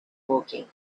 woking